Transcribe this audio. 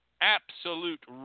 absolute